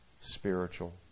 spiritual